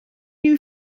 new